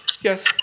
Yes